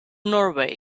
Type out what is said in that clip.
norway